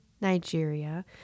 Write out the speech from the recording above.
Nigeria